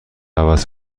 عوض